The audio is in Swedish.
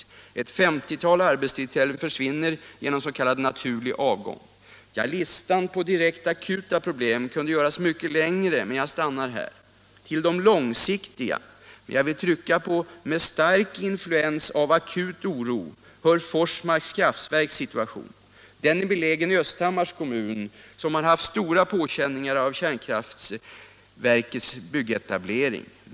Ett femtiotal arbetstillfällen försvinner genom s.k. naturlig avgång. Listan på direkt akuta problem kunde göras mycket längre, men jag stannar här. Till de långsiktiga problemen — med stark influens av akut oro — hör Forsmarks kraftverks situation. Det är beläget i Östhammars kommun, som har haft stora känningar av kärnkraftverkets byggetableringar.